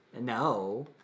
no